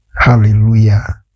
Hallelujah